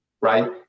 Right